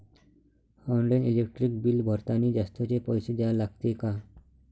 Online electric bill भरतानी जास्तचे पैसे द्या लागते का?